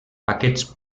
aquests